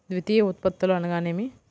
ద్వితీయ ఉత్పత్తులు అనగా నేమి?